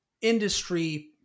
industry